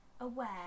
aware